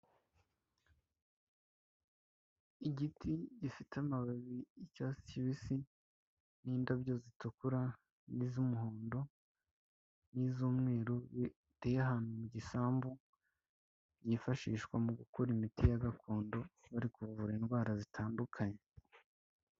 Igiti gifite amababi y'icyatsi kibisi n'indabyo zitukura n'iz'umuhondo n'iz'umweru bi biteye ahantu mu gisambu, byifashishwa mu gukora imiti ya gakondo bari kuvura indwara zitandukanye.